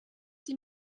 die